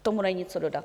K tomu není co dodat.